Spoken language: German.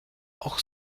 auch